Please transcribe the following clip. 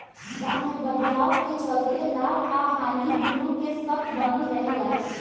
दाम में बदलाव के चलते लाभ आ हानि दुनो के शक बनल रहे ला